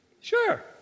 Sure